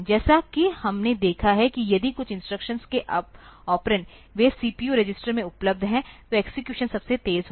जैसा कि हमने देखा है कि यदि कुछ इंस्ट्रक्शन के ऑपरेंड वे सीपीयू रजिस्टर में उपलब्ध हैं तो एक्सेक्यूशन सबसे तेज़ होगा